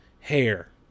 hair